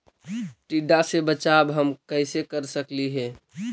टीडा से बचाव हम कैसे कर सकली हे?